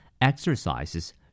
exercises